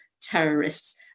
terrorists